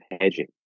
hedging